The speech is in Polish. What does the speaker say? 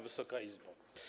Wysoka Izbo!